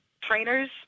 trainers